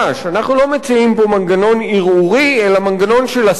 אנחנו לא מציעים פה מנגנון ערעורי אלא מנגנון של השגה